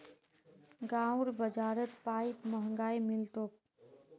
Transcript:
गांउर बाजारत पाईप महंगाये मिल तोक